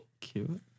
Cute